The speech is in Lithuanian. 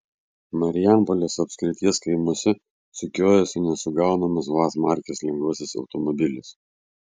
marijampolės apskrities kaimuose sukiojasi nesugaunamas vaz markės lengvasis automobilis